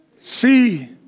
see